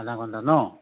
আধা ঘণ্টা ন'